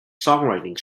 songwriting